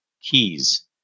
keys